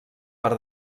per